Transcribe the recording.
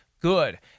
good